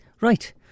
Right